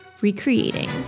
recreating